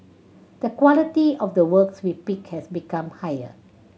the quality of the works we pick has become higher